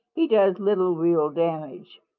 he does little real damage.